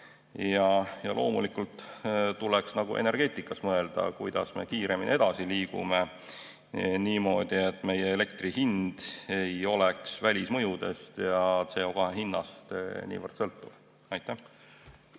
Loomulikult tuleks energeetikas mõelda, kuidas me saame kiiremini edasi liikuda niimoodi, et meie elektri hind ei oleks välismõjudest ja CO2hinnast niivõrd sõltuv. Aitäh!